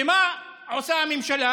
ומה עושה הממשלה?